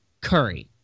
Curry